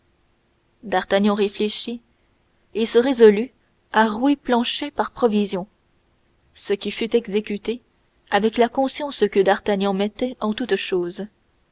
d'artagnan réfléchit et se résolut à rouer planchet par provision ce qui fut exécuté avec la conscience que d'artagnan mettait en toutes choses